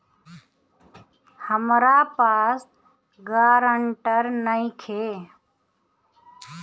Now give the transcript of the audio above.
हमरा पास ग्रांटर नइखे?